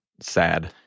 sad